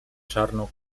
czarną